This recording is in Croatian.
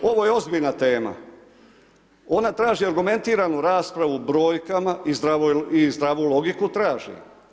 Ovo je ozbiljna tema, ona traži argumentiranu raspravu brojkama i zdravu logiku traži.